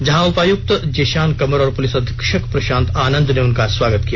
जहां उपायक्त जिशान कमर और पुलिस अधीक्षक प्रशांत आनंद ने उनका स्वागत किया